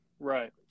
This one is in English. Right